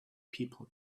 people